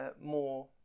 more